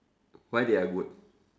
why they are good